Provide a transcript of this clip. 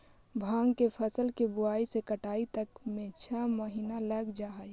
भाँग के फसल के बुआई से कटाई तक में छः महीना लग जा हइ